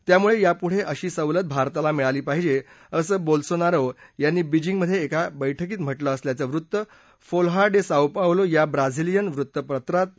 त्यामुळे यापुअशी सवलत भारताला मिळाली पाहिजे असं बोल्सोनारो यांनी बीजिंगमध्ये एका बैठकीत म्हटलं असल्याचं वृत्त फोल्हा डे साओ पावलो या ब्राझीलियन वृत्तपत्रात प्रसिद्ध झालं आहे